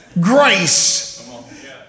grace